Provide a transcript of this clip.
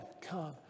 come